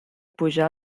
pujar